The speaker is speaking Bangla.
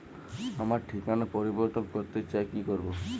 আমার ঠিকানা পরিবর্তন করতে চাই কী করব?